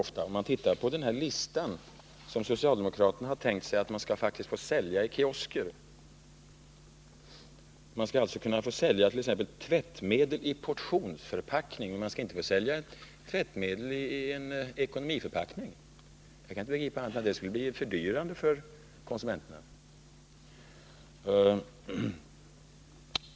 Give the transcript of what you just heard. Om man tittar på den lista över varor som socialdemokraterna tänkt sig skulle få säljas i kiosker, finner man att det skulle vara tillåtet att sälja tvättmedel i portionsförpackning men inte i ekonomiförpackning. Jag kan inte begripa annat än att det skulle bli fördyrande för konsumenterna.